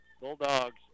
Bulldogs